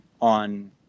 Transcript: on